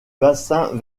bassin